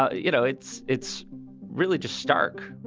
ah you know, it's it's really just stark